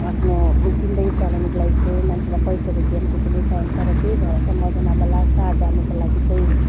आफ्नो जिन्दगी चलाउनुको लागि चाहिँ मान्छेलाई पैसा रुपियाँ पनि त्यति नै चाहिन्छ र त्यही भएर चाहिँ मदन अब लासा जानुको लागि चाहिँ